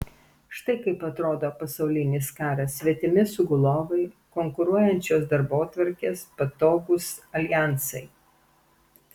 štai kaip atrodo pasaulinis karas svetimi sugulovai konkuruojančios darbotvarkės patogūs aljansai